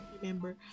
remember